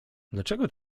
dlaczego